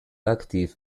active